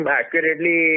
accurately